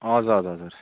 हजुर हजुर हजुर